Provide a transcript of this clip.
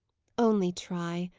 only try.